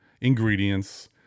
ingredients –